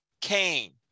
Cain